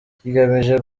kigamije